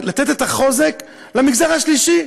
לתת את החוזק למגזר השלישי,